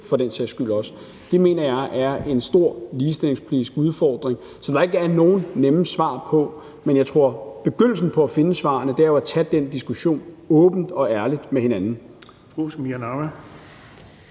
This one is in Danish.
for den sags skyld, så mener jeg, at det er en stor ligestillingspolitisk udfordring, som der ikke er nogen nemme svar på; men jeg tror, at begyndelsen på at finde svarene er at tage den diskussion åbent og ærligt med hinanden.